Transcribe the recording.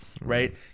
right